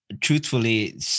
Truthfully